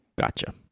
Gotcha